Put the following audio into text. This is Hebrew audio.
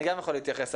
אני גם יכול להתייחס,